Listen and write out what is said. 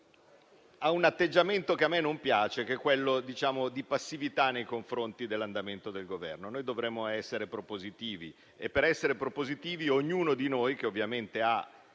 a un atteggiamento che a me non piace, che è quello della passività nei confronti dell'andamento del Governo. Noi dovremmo essere propositivi e per essere propositivi ognuno di noi, che ovviamente ha